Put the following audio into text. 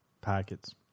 Packets